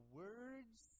words